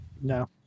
No